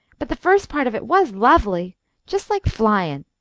but the first part of it was lovely just like flyin'.